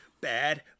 bad